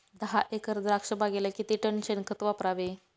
दहा एकर द्राक्षबागेला किती टन शेणखत वापरावे?